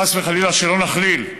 חס וחלילה שלא נכליל,